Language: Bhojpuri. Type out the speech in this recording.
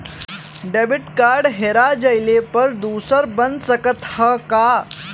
डेबिट कार्ड हेरा जइले पर दूसर बन सकत ह का?